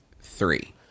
three